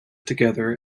together